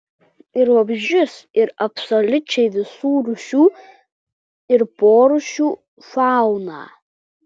ir vabzdžius ir absoliučiai visų rūšių ir porūšių fauną